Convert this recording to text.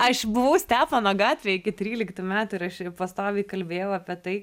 aš buvau stepono gatvėj iki tryliktų metų ir aš pastoviai kalbėjau apie tai